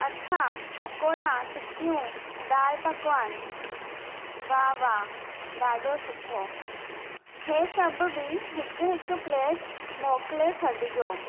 अच्छा पकोड़ा टिकियूं दालि पकवान वाह वाह ॾाढो सुठो इहे सभ बि हिकु हिकु प्लेट मिकिले छॾिजो